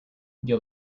you